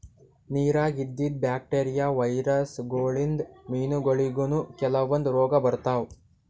ನಿರಾಗ್ ಇದ್ದಿದ್ bacteria, virus ಗೋಳಿನ್ದ್ ಮೀನಾಗೋಳಿಗನೂ ಕೆಲವಂದ್ ರೋಗ್ ಬರ್ತಾವ್